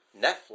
Netflix